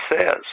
says